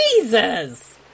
Jesus